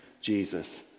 Jesus